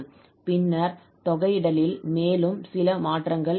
பின்னர் தொகையிடலில் மேலும் சில மாற்றங்கள் ஏற்படும்